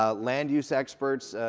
ah land use experts.